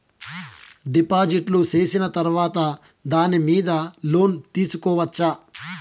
డిపాజిట్లు సేసిన తర్వాత దాని మీద లోను తీసుకోవచ్చా?